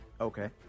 Okay